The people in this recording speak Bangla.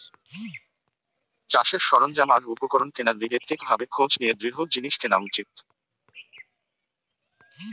চাষের সরঞ্জাম আর উপকরণ কেনার লিগে ঠিক ভাবে খোঁজ নিয়ে দৃঢ় জিনিস কেনা উচিত